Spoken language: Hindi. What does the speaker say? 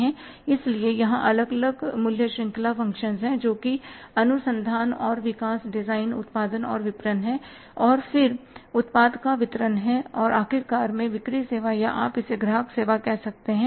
इसलिए यहाँ अलग अलग मूल्य श्रृंखला फंक्शंस हैं जो कि अनुसंधान और विकास डिज़ाइन उत्पादन और विपणन है और फिर उत्पाद का वितरण है और आखिरकार में बिक्री सेवा या आप इसे ग्राहक सेवा कह सकते हैं